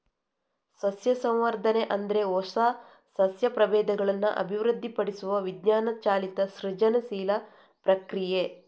ಸಸ್ಯ ಸಂವರ್ಧನೆ ಅಂದ್ರೆ ಹೊಸ ಸಸ್ಯ ಪ್ರಭೇದಗಳನ್ನ ಅಭಿವೃದ್ಧಿಪಡಿಸುವ ವಿಜ್ಞಾನ ಚಾಲಿತ ಸೃಜನಶೀಲ ಪ್ರಕ್ರಿಯೆ